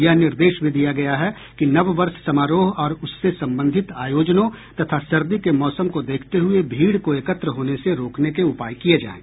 यह निर्देश भी दिया गया है कि नववर्ष समारोह और उससे संबंधित आयोजनों तथा सर्दी के मौसम को देखते हुए भीड़ को एकत्र होने से रोकने के उपाय किए जाएं